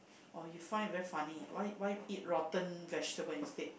oh you find it very funny why why eat rotten vegetables instead